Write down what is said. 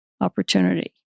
opportunity